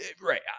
Right